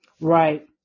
Right